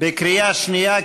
בקריאה שנייה,